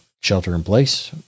shelter-in-place